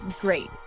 great